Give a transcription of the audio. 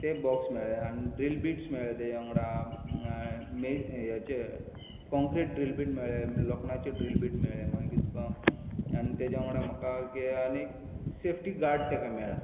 box मेळ्ळें आनी drill bits मेळ्ळे तेचे वांगडा हेचे कॉंक्रीट ड्रील बीड मेळ्ळे मागीर लोखंडाचे ड्रील बीड मेळ्ळे मागीर तुका आनी तेजे वांगडा म्हाका आनीक सेफ्टी गार्ड ताका मेळ्ळा